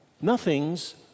Nothing's